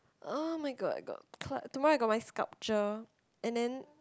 oh-my-god I got cl~ tomorrow I got my sculpture and then